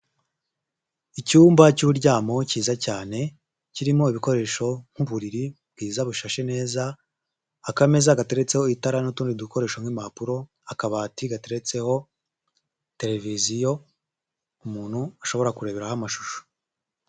Icyumba cy'uburyamo cyiza cyane kirimo ibikoresho nk'uburiri bwiza bushashe neza, akameza gateretseho itara n'utundi dukoresho nk'impapuro, akabati gateretseho televiziyo umuntu ashobora kureberaho amashusho.